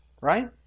right